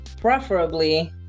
preferably